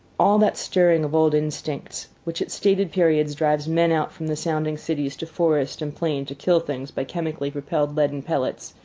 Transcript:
all that stirring of old instincts which at stated periods drives men out from the sounding cities to forest and plain to kill things by chemically propelled leaden pellets,